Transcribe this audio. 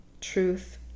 Truth